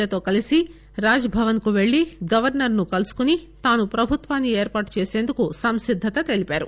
లతో కలిసి రాజ్ భవన్ కు పెల్లి గవర్నర్ ను కలిసి తాను ప్రభుత్వాన్ని ఏర్పాటు చేసేందుకు సంసిద్దత తెలిపారు